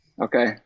Okay